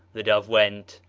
the dove went,